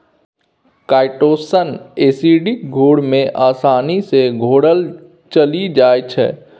chitosan acidic घोर मे आसानी सँ घोराएल चलि जाइ छै